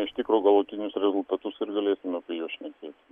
iš tikro galutinius rezultatus ir galėsime apie juos šnekėti